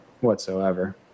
whatsoever